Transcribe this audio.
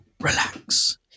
relax